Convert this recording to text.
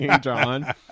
John